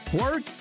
work